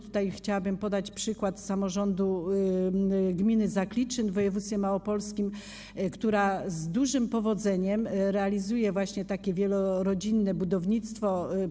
Tutaj chciałabym podać przykład samorządu gminy Zakliczyn w województwie małopolskim, która z dużym powodzeniem realizuje wielorodzinne budownictwo.